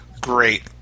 great